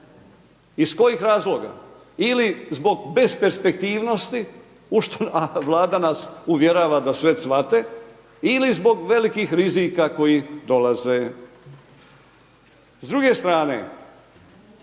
Iz kojih razloga? Ili zbog besperspektivnosti u što, a Vlada nas uvjerava da sve cvate ili zbog velikih rizika koji dolaze. S druge strane,